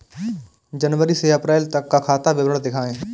जनवरी से अप्रैल तक का खाता विवरण दिखाए?